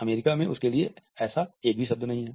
America में उसके लिए ऐसा एक भी शब्द नहीं है